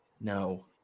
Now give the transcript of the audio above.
No